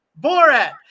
Borat